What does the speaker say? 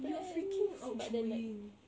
you're freaking outgoing